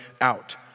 out